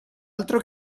altro